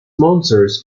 monsters